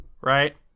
right